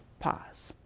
pause.